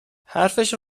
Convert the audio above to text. حرفش